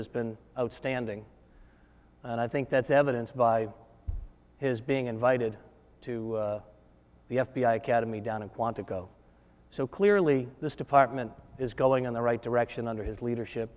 has been outstanding and i think that's evidenced by his being invited to the f b i academy down in quantico so clearly this department is going in the right direction under his leadership